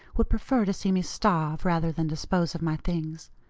would prefer to see me starve, rather than dispose of my things.